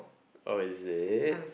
oh is it